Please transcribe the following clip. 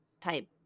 type